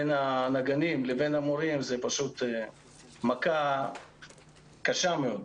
בין הנגנים לבין המורים זה פשוט מכה קשה מאוד.